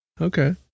Okay